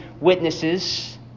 witnesses